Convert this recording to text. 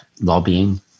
lobbying